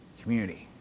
community